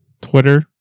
Twitter